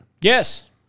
Yes